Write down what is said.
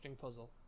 puzzle